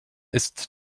ist